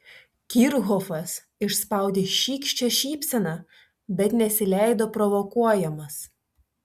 kirchhofas išspaudė šykščią šypseną bet nesileido provokuojamas